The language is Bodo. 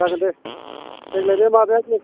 जागोन दे देग्लायनो माबायाबो